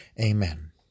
Amen